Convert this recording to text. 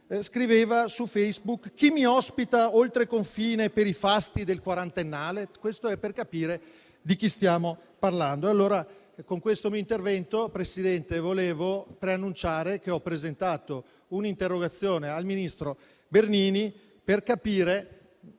scriveva su Facebook: «Chi mi ospita oltre confine per i fasti del quarantennale?». Questo è per capire di chi stiamo parlando. Con questo mio intervento, signor Presidente, volevo preannunciare che ho presentato un'interrogazione al ministro Bernini per capire,